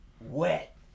wet